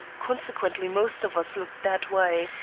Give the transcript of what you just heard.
consequently most of us looked that way,